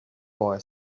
boy